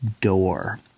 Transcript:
door